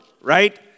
right